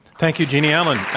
thank you, jeanne allen.